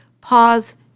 pause